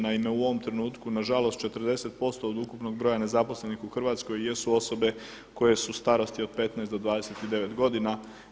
Naime, u ovom trenutku na žalost 40% od ukupnog broja nezaposlenih u Hrvatskoj jesu osobe koje su starosti od 15 do 29 godina.